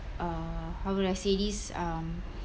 uh how would I say this um